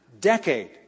decade